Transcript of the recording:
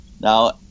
Now